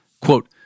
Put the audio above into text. Quote